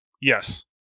Yes